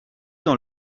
dans